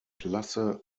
klasse